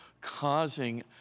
causing